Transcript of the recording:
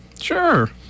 Sure